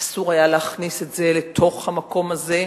אסור היה להכניס את זה לתוך המקום הזה.